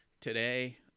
Today